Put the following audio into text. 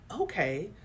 okay